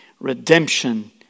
Redemption